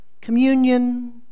communion